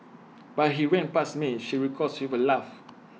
but he ran past me she recalls with A laugh